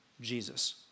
Jesus